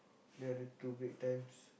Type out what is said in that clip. the other two break times